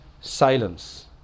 silence